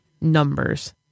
numbers